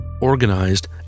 organized